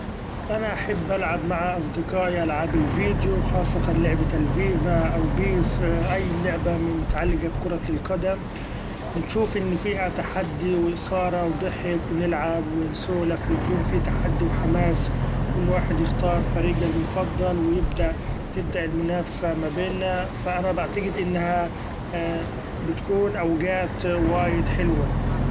أنا أحب ألعب مع أصدقائي ألعاب الفيديو خاصة لعبة FIFA او Penny ، أي لعبة متعلقه بكرة القدم ، نشوف ان فيها تحدي و إثارة و ضحك و نلعب و نسولف و يكون في تحدي و حماس ، كل واحد يختار فريقه المفضل و يبدأ-تبدأ المنافسه مبينا ف أنا بعتقد إنها بتكون أوقات وايد حلوة.